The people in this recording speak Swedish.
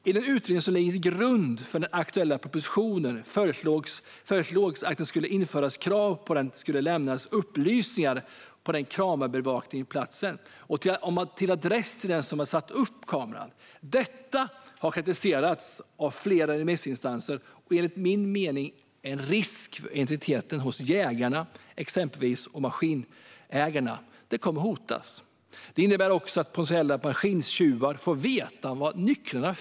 I den utredning som ligger till grund för den aktuella propositionen föreslogs att det skulle införas krav på upplysningar om adress till den som har satt upp kameran. Detta har kritiserats av flera remissinstanser och innebär enligt min mening en risk för hot mot att exempelvis jägare och maskinägare. Till exempel skulle militanta aktivister kunna missbruka adressuppgifter till jägare.